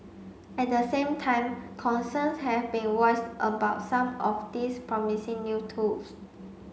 at the same time concerns have been voiced about some of these promising new tools